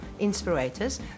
inspirators